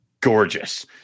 Gorgeous